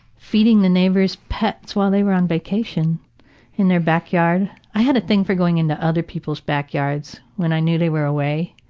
feeding the neighbor's pets while they were on vacation in the backyard i had a thing for going into other people's backyards when i knew they were away.